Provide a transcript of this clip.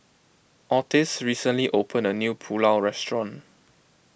Otis recently opened a new Pulao Restaurant